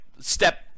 step